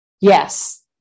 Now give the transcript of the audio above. Yes